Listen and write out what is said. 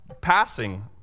passing